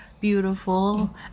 beautiful